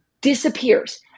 disappears